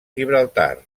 gibraltar